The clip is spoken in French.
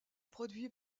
produit